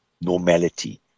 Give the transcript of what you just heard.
normality